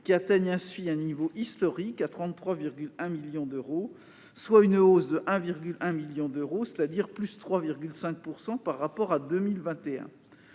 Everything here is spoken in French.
qui atteindront ainsi un niveau historique à 33,1 millions d'euros, soit une hausse de 1,1 million d'euros, c'est-à-dire de 3,5 %, par rapport à 2021.